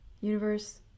universe